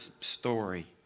story